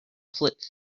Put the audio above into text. plitt